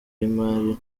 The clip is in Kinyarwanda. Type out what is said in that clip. y’imari